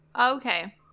Okay